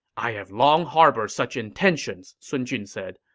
i have long harbored such intentions, sun jun said.